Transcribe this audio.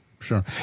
sure